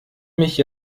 mich